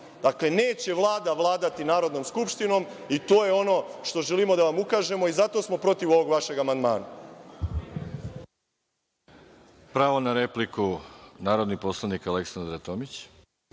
Dakle, neće Vlada vladati Narodnom skupštinom i to je ono što želimo da vam ukažemo. Zato smo protiv ovog vašeg amandmana. **Veroljub Arsić** Pravo na repliku, narodna poslanica Aleksandra Tomić.